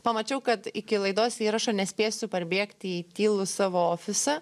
pamačiau kad iki laidos įrašo nespėsiu parbėgti į tylų savo ofisą